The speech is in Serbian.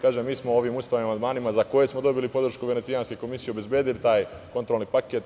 Kažem, mi smo ovim ustavnim amandmanima. za koje smo dobili podršku Venecijanske komisije, obezbedili taj kontrolni paket.